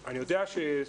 התקנות.